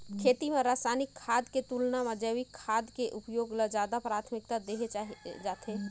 खेती म रसायनिक खाद के तुलना म जैविक खेती के उपयोग ल ज्यादा प्राथमिकता देहे जाथे